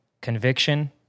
conviction